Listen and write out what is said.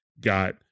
got